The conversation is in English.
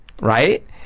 right